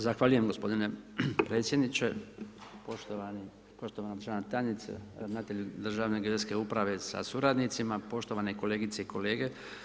Zahvaljujem gospodine predsjedniče, poštovana državna tajniče, ravnatelju Državne geodetske uprave sa suradnicima, poštovane kolegice i kolege.